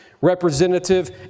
Representative